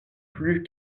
plus